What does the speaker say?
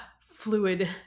fluid